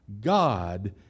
God